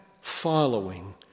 following